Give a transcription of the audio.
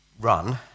run